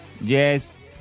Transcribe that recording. Yes